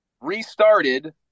restarted